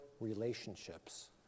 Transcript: relationships